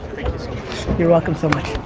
so much. you're welcome so much.